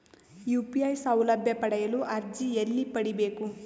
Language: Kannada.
ಯು.ಪಿ.ಐ ಸೌಲಭ್ಯ ಪಡೆಯಲು ಅರ್ಜಿ ಎಲ್ಲಿ ಪಡಿಬೇಕು?